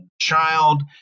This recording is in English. child